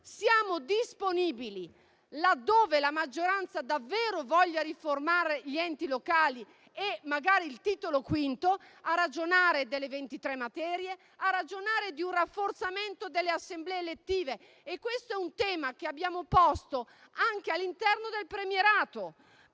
siamo disponibili, laddove la maggioranza davvero voglia riformare gli enti locali e magari il Titolo V della Costituzione, a ragionare delle 23 materie e di un rafforzamento delle assemblee elettive. Questo è un tema che abbiamo posto anche all'interno del premierato,